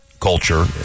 culture